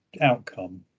outcome